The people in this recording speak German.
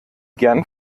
gern